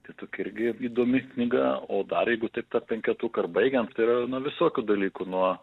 čia tokia irgi įdomi knyga o dar jeigu taip tą penketuką ir baigiant tai yra nuo visokių dalykų nuo